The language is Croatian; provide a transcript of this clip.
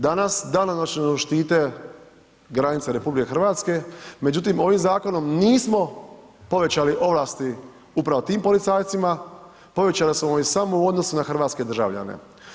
Danas danonoćno štite granice RH međutim ovim zakonom nismo povećali ovlasti upravo tim policajcima, povećali smo ih samo u odnosu na hrvatske državljane.